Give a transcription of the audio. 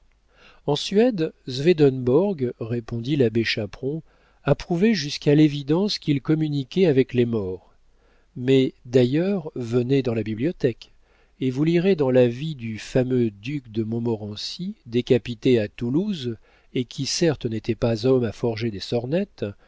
en suède swedenborg répondit l'abbé chaperon a prouvé jusqu'à l'évidence qu'il communiquait avec les morts mais d'ailleurs venez dans la bibliothèque et vous lirez dans la vie du fameux duc de montmorency décapité à toulouse et qui certes n'était pas homme à forger des sornettes